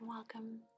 Welcome